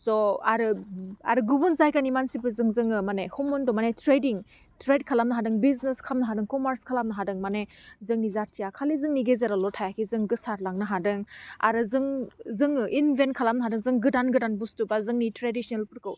सह आरो आरो गुबुन जायगानि मानसिफोरजों जोङो माने हमन्ड' माने ट्रेडिं ट्रेड खालामनो हादों बिजनेस खालामनो हादों कमार्स खालामनो हादों माने जोंनि जातिया माने जोंनि गेजेरावल' थायाखै जों गोसारलांनो हादों आरो जों जोङो इनभेन्ट खालामनो हादों जों गोदान गोदान बुस्थु बा जोंनि ट्रेडिशेलफोरखौ